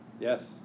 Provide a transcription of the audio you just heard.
Yes